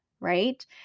Right